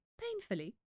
painfully